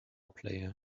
player